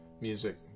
music